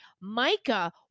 Micah